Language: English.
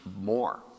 more